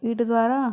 వీటి ద్వారా